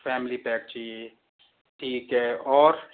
family pack चाहिए ठीक है और